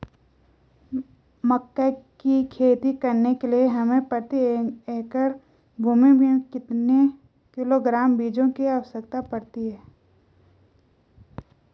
मक्का की खेती करने के लिए हमें प्रति एकड़ भूमि में कितने किलोग्राम बीजों की आवश्यकता पड़ती है?